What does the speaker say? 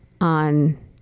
on